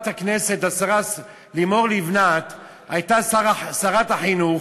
הכנסת השרה לימור לבנת הייתה שרת החינוך,